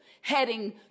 heading